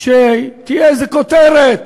זה שתהיה איזה כותרת,